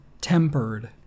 tempered